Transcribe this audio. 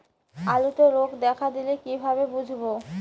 আলুতে রোগ দেখা দিলে কিভাবে বুঝবো?